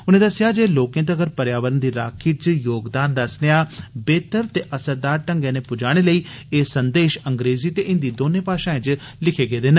उनें दस्सेआ जे लोकें तगर पर्यावरण दी राखी च योगदान दा सनेआ बेहतर ते असरदार ढंगै नै पुजाने लेई एह् संदेष अंग्रेजी ते हिंदी दौनें भाशाएं च लिखे गेदे न